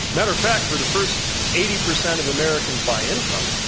matter of fact, for the first eighty percent of americans by income,